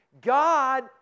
God